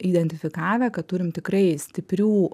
identifikavę kad turim tikrai stiprių